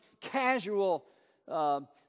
casual